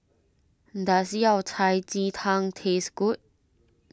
does Yao Cai Ji Tang taste good